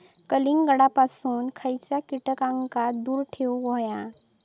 कलिंगडापासून खयच्या कीटकांका दूर ठेवूक व्हया?